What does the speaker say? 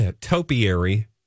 topiary